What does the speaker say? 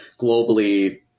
Globally